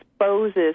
exposes